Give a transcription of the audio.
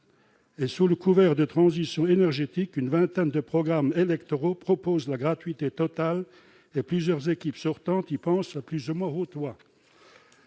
29. Sous le couvert de la transition énergétique, une vingtaine de programmes électoraux proposent la gratuité totale, et plusieurs équipes sortantes y pensent à plus ou moins haute voix.